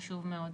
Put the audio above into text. חשוב מאוד.